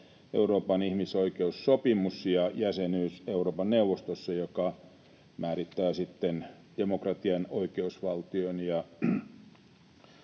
Euroopan ihmisoikeussopimus ja jäsenyys Euroopan neuvostossa, mikä määrittää sitten demokratian, oikeusvaltion ja